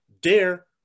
dare